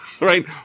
Right